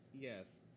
Yes